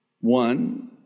one